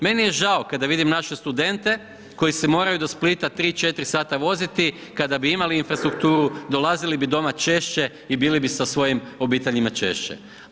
Meni je žao kada vidim naše studente, koji se moraju do Splita 3-4 sata voziti, kada bi imali infrastrukturu, dolazili bi doma češće i bili bi sa svojim obiteljima češće.